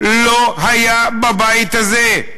לא היה בבית הזה.